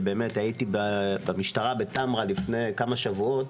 ובאמת הייתי במשטרה בתמרה לפני כמה שבועות,